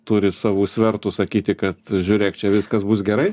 turi savų svertų sakyti kad žiūrėk čia viskas bus gerai